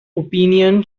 opinion